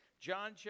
John